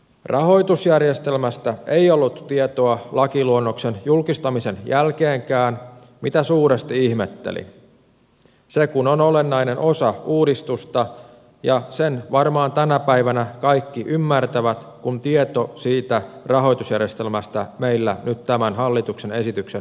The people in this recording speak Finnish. rahoitusjärjestelmästä ei ollut tietoa lakiluonnoksen julkistamisen jälkeenkään mitä suuresti ihmettelin se kun on olennainen osa uudistusta ja sen varmaan tänä päivänä kaikki ymmärtävät kun tieto siitä rahoitusjärjestelmästä meillä nyt tämän hallituksen esityksen myötä on